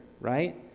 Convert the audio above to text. right